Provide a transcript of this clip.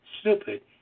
Stupid